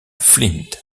flint